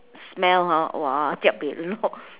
smell hor !wah! jiak buay lo